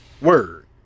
Word